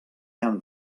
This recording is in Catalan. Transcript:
han